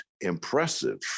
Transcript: impressive